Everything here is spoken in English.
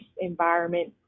environment